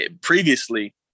previously